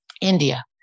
India